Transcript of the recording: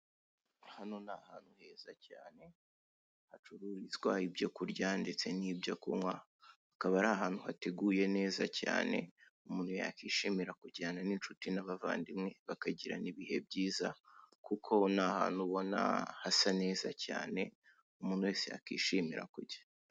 Hano ni ahantu heza cyane hacururizwa ibyo kurya ndetse n'ibyo kunywa, hakaba ari ahantu hateguye neza cyane umuntu yakwishimira kujyana inshuti n'abavandimwe bakagirana ibihe byiza kuko n'ahantu ubona hasa neza cyane umuntu wese yakwishimira kujya.